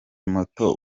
moto